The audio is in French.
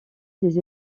des